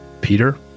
Peter